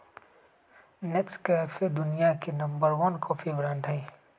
Nescafe दुनिया के number one coffee brand हई